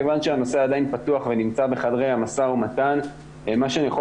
כיוון שהנושא עדיין פתוח ונמצא בחדרי המשא ומתן מה שאני יכול